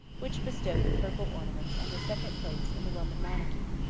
which bestowed the purple ornaments and the second place in the roman monarchy.